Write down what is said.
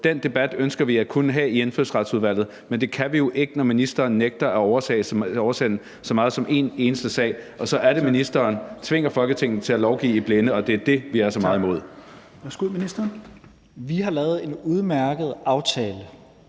Den debat ønsker vi at kunne have i Indfødsretsudvalget, men det kan vi jo ikke, når ministeren nægter at oversende så meget som en eneste sag, og så er det, ministeren tvinger Folketinget til at lovgive i blinde, og det er det, vi er så meget imod. Kl. 18:31 Fjerde næstformand